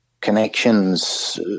connections